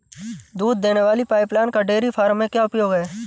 दूध देने वाली पाइपलाइन का डेयरी फार्म में क्या उपयोग है?